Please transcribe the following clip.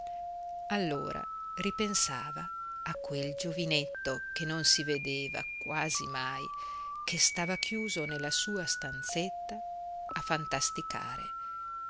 allora ripensava a quel giovinetto che non si vedeva quasi mai che stava chiuso nella sua stanzetta a fantasticare